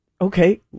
Okay